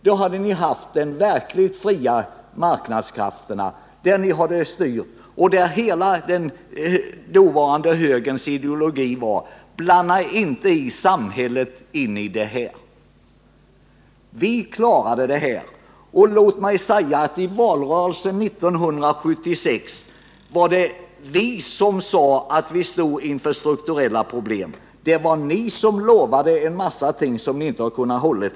Fram till dess hade verkligen de fria marknadskrafterna fått styra. Den dåvarande högerns ideologi var att inte blanda in samhället. Det var vi socialdemokrater som fick reda ut problemen. Under valrörelsen 1976 var det vi socialdemokrater som pekade på de strukturella problem som landet stod inför. Ni lovade en mängd saker som ni inte har kunnat hålla.